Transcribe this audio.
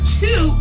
two